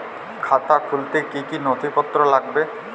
খাতা খুলতে কি কি নথিপত্র লাগবে?